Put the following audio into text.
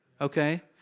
Okay